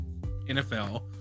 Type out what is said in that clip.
NFL